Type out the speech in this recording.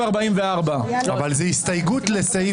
אין ההסתייגות מס'